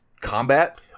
combat